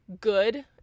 good